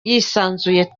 yisanzuye